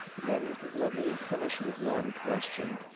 and then let me finish with one question.